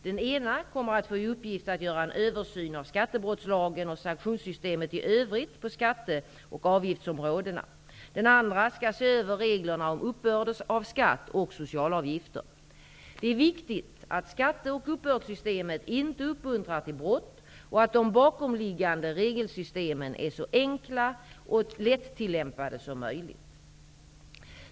Den ena kommer att få i uppgift att göra en översyn av skattebrottslagen och sanktionssystemet i övrigt på skatte och avgiftsområdena. Den andra skall se över reglerna om uppbörd av skatt och socialavgifter. Det är viktigt att skatte och uppbördssystemen inte uppmuntrar till brott och att de bakomliggande regelsystemen är så enkla och lättillämpade som möjligt.